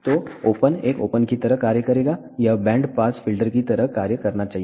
तो ओपन एक ओपन की तरह कार्य करेगा यह बैंड पास फिल्टर की तरह कार्य करना चाहिए